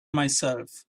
myself